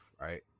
right